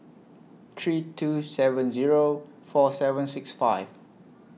three two seven Zero four seven six five